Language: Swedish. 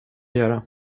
göra